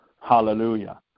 Hallelujah